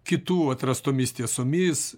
kitų atrastomis tiesomis